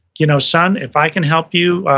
you know son, if i can help you,